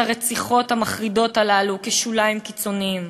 הרציחות המחרידות הללו כשוליים קיצוניים,